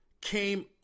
came